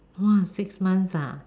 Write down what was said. !wah! six months ah